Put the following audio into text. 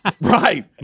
Right